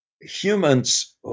humans